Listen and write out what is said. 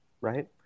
right